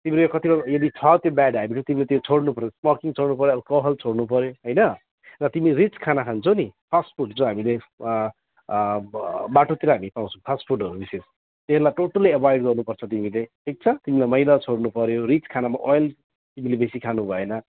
तिमीले कतिपय यदि छ त्यो ब्याड हेबिट हो तिमीले त्यो छोड्नुपर्छ स्मोकिङ छोड्नुपर्यो अल्कोहल छोड्नुपर्यो होइन र तिमी रिच खाना खान्छौ नि फास्ट फुड जो हामीले बाटोतिर हामी पाउँछौ फास्ट फुडहरू विशेष त्यलाई टोटल्ली एभोएड गर्नुपर्छ तिमीले ठिक छ तिमीले मैदा छोड्नुपर्यो रिच खानामा ओयल तिमीले बेसी खानुभएन